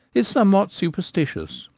is somewhat superstitious,